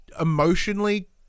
emotionally